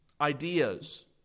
ideas